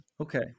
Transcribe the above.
Okay